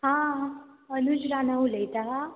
हां अनुज राना उलयता